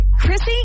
Chrissy